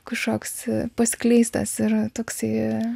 kažkoks paskleistas yra toksai